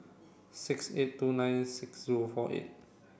six eight two nine six zero four eight